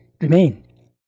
remain